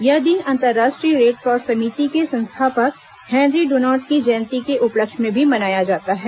यह दिन अन्तर्राष्ट्रीय रेडक्रॉस समिति के संस्थापक हेनरी ड्नान्ट की जयंती के उपलक्ष्य में भी मनाया जाता है